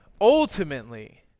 ultimately